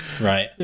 right